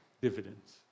dividends